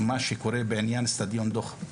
מה קורה באצטדיון דוחה.